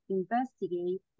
investigate